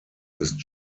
ist